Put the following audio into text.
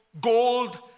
Gold